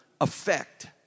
effect